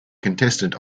contestant